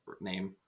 name